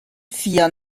vier